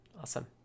Awesome